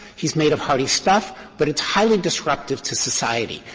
he is made of hearty stuff. but it's highly disruptive to society.